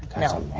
no.